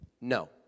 No